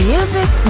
Music